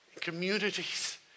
communities